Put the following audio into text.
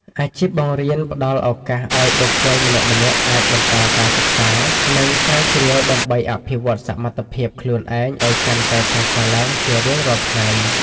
អាជីពបង្រៀនផ្តល់ឱកាសឱ្យបុគ្គលម្នាក់ៗអាចបន្តការសិក្សា និងស្រាវជ្រាវដើម្បីអភិវឌ្ឍសមត្ថភាពខ្លួនឯងឱ្យកាន់តែប្រសើរឡើងជារៀងរាល់ថ្ងៃ។